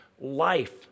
life